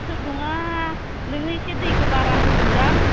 सोर नङा नोङो एसे दैखो बारा होदों दां